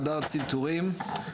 חדר צנתורים,